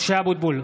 משה אבוטבול,